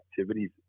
activities